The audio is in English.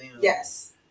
Yes